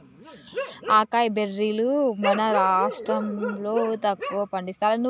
acai బెర్రీలు మన రాష్టం లో తక్కువ పండిస్తాండ్లు